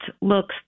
looks